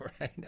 right